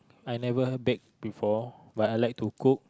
I never bake before but I like to cook